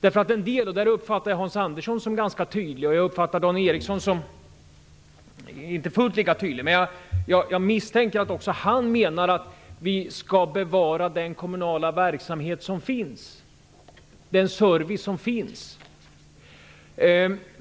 Jag uppfattade Hans Andersson som ganska tydlig och Dan Ericsson som inte fullt lika tydlig när det gäller att vi skall bevara den kommunala verksamhet och service som finns.